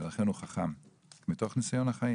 ולכן הוא חכם מתוך ניסיון החיים.